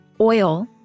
Oil